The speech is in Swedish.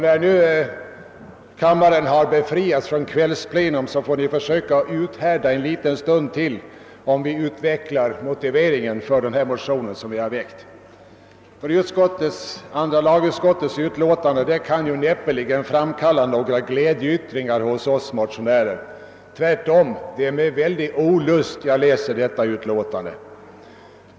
När nu kammaren har befriats från kvällsplenum får den försöka uthärda en liten stund till medan vi utvecklar motiveringen för den motion vi har väckt. Andra lagutskottets utlåtande kan näppeligen framkalla några glädjeyttringar hos oss motionärer. Det är tvärtom med olust jag läser detta utlåtande.